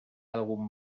algún